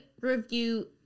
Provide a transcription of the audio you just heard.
review